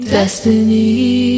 Destiny